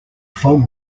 fog